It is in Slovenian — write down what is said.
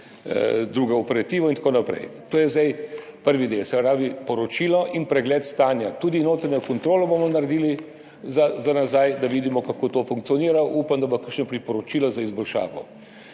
drugo operativo in tako naprej. To je zdaj prvi del, se pravi poročilo in pregled stanja. Naredili bomo tudi notranjo kontrolo za nazaj, da vidimo, kako to funkcionira. Upam, da bo kakšno priporočilo za izboljšavo.